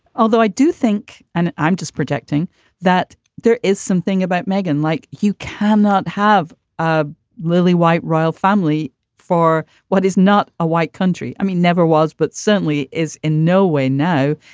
although i do think and i'm just projecting that there is something about megan, like you cannot have ah lily white royal family for what is not a white country. i mean, never was, but certainly is in no way. no,